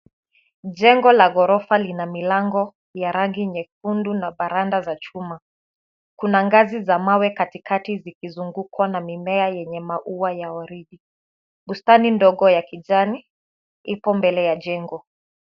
Jengo la ghorofa lina milango ya rangi nyekundu na varanda za chuma. Kuna ngazi za mawe katikati zikizungukwa na mimea yenye maua ya waridi. Bustani ndogo ya kijani ipo mbele ya jengo.